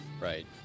Right